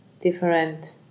Different